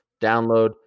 download